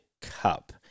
Cup